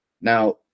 now